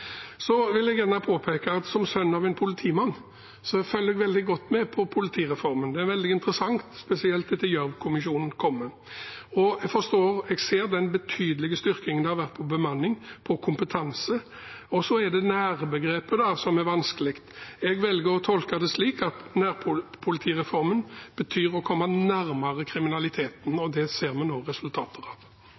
vil gjerne påpeke at som sønn av en politimann følger jeg veldig godt med på politireformen. Det er veldig interessant, spesielt etter Gjørv-kommisjonen. Jeg ser den betydelige styrkingen det har vært på bemanning og kompetanse. Så er det «nær»-begrepet, da, som er vanskelig. Jeg velger å tolke det slik at nærpolitireformen betyr å komme nærmere kriminaliteten, og det ser vi nå resultater av.